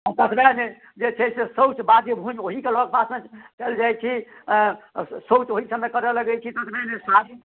ततबए नहि जे छै से शौच बाध्य भूमि ओहीके लग पासमे चलि जाइत छी शौच ओहीसभमे करऽ लगैत छी ततबहि नहि